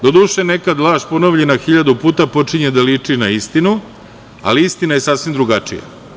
Doduše nekad laž ponovljena hiljadu puta počinje da liči na istinu, ali istina je sasvim drugačija.